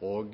og